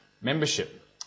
membership